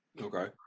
Okay